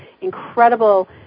incredible